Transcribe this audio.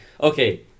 okay